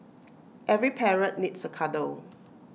every parrot needs A cuddle